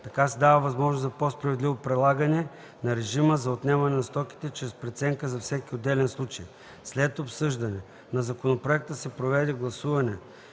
Така се дава възможност за по-справедливо прилагане на режима за отнемане на стоките чрез преценка на всеки отделен случай. След обсъждане на законопроекта се проведе гласуване,